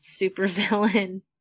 supervillain